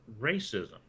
racism